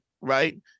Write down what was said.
right